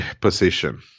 position